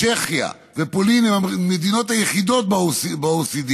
צ'כיה ופולין הן המדינות היחידות ב-OECD